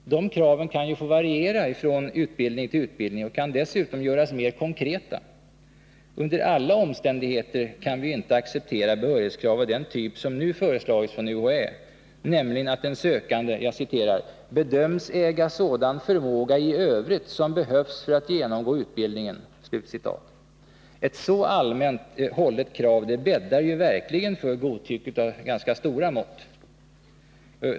Dessa krav kan ju få variera från utbildning till utbildning och kan dessutom göras mer konkreta. Under alla omständigheter kan vi inte acceptera behörighetskrav av den typ som nu föreslagits från UHÄ, nämligen att en sökande ”bedöms äga sådan förmåga i övrigt som behövs för att genomgå utbildningen”. Ett så allmänt hållet krav bäddar verkligen för ett godtycke av ganska stora mått.